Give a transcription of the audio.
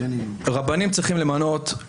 רבנים צריכים למנות,